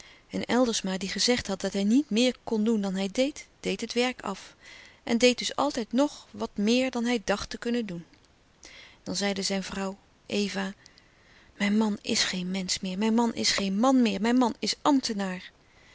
en eldersma die gezegd had dat hij niet meer kon doen dan hij deed deed het werk af en deed dus altijd nog wat meer dan hij dacht te kunnen doen dan zeide zijn vrouw eva mijn man is geen mensch meer mijn man is geen man louis couperus de stille kracht meer mijn man is ambtenaar